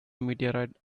meteorite